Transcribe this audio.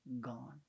gone